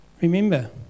remember